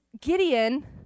Gideon